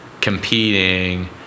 competing